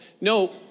No